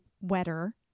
wetter